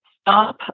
stop